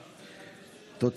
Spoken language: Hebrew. לא נתקבלה.